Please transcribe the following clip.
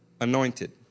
anointed